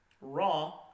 Raw